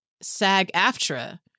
SAG-AFTRA